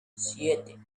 siete